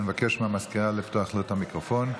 אני מבקש מהמזכירה לפתוח לו את המיקרופון.